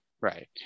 Right